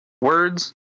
words